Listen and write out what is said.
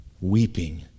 weeping